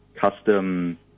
custom